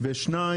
ו-ב',